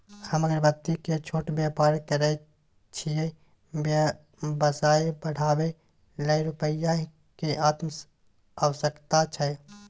हम अगरबत्ती के छोट व्यापार करै छियै व्यवसाय बढाबै लै रुपिया के आवश्यकता छै?